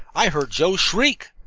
i heard joe shriek!